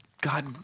God